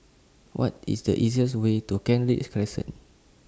What IS The easiest Way to Kent Ridge Crescent